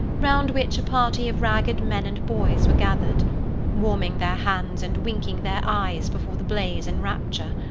round which a party of ragged men and boys were gathered warming their hands and winking their eyes before the blaze in rapture.